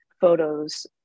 photos